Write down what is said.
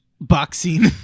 Boxing